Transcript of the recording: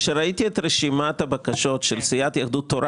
כשראיתי את רשימת הבקשות של סיעת יהדות התורה,